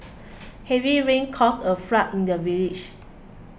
heavy rains caused a flood in the village